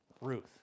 Ruth